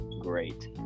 great